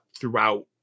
throughout